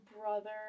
brother